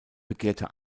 begehrte